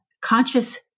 conscious